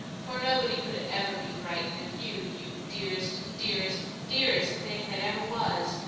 for nobody could ever be frightened of you, you dearest, dearest, dearest thing that ever was!